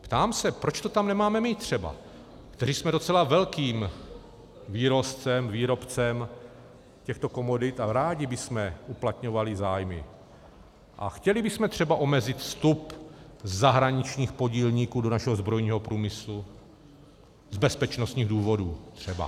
Ptám se, proč to tam nemáme my třeba, kteří jsme docela velkým vývozcem, výrobcem těchto komodit, a rádi bychom uplatňovali zájmy a chtěli bychom třeba omezit vstup zahraničních podílníků do našeho zbrojního průmyslu z bezpečnostních důvodů třeba.